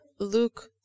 Luke